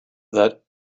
that